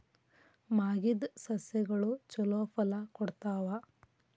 ಮಾಗಿದ್ ಸಸ್ಯಗಳು ಛಲೋ ಫಲ ಕೊಡ್ತಾವಾ?